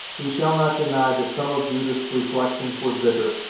we shall not deny that some of judith's reflections were bitter,